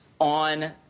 on